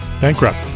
Bankrupt